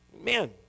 Man